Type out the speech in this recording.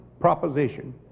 proposition